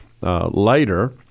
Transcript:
later